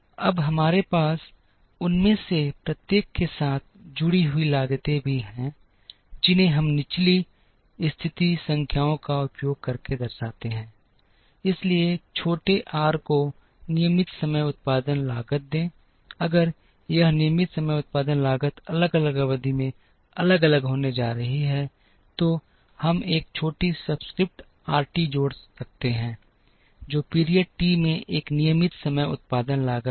अब हमारे पास उनमें से प्रत्येक के साथ जुड़ी हुई लागतें भी हैं जिन्हें हम निचली स्थिति संख्याओं का उपयोग करके दर्शाते हैं इसलिए छोटे आर को नियमित समय उत्पादन लागत दें अगर यह नियमित समय उत्पादन लागत अलग अलग अवधि में अलग अलग होने जा रही है तो हम एक छोटी सबस्क्रिप्ट आरटी जोड़ सकते हैं जो पीरियड टी में एक नियमित समय उत्पादन लागत है